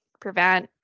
prevent